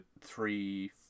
three